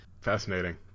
Fascinating